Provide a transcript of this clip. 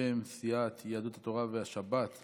בשם סיעת יהדות התורה והשבת,